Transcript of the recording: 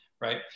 right